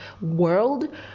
world